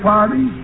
Party